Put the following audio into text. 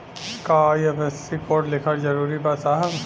का IFSC code लिखल जरूरी बा साहब?